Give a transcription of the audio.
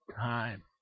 time